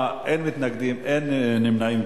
9, אין מתנגדים, אין נמנעים.